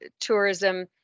tourism